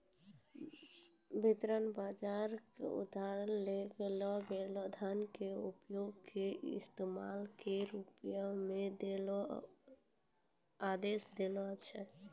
वित्त बजार उधारी लेलो गेलो धनो के उत्पादको के इस्तेमाल के रुपो मे दै के आदेश दै छै